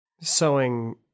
sewing